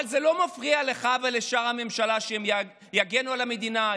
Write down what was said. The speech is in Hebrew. אבל זה לא מפריע לך ולשאר הממשלה שהם יגנו על המדינה,